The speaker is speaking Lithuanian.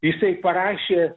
jisai parašė